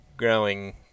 Growing